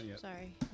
Sorry